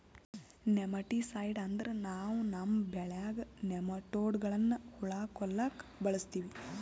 nematicide ಅಂದ್ರ ನಾವ್ ನಮ್ಮ್ ಬೆಳ್ಯಾಗ್ ನೆಮಟೋಡ್ಗಳ್ನ್ ಹುಳಾ ಕೊಲ್ಲಾಕ್ ಬಳಸ್ತೀವಿ